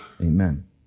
Amen